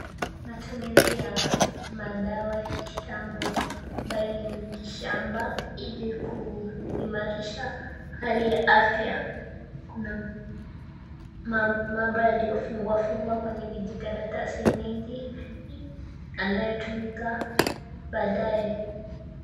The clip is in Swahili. Matumizi ya madawa ya kitambo amabayo ni miti shamba ili kuhimarisha hali ya afya. Kuna mambo yaliyofungwa fungwa kwenye viijikaratasi mengi anayetumika baadae.